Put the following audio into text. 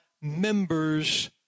members